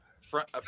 Front